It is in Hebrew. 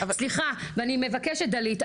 סליחה ואני מבקשת דלית,